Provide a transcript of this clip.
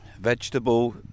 Vegetable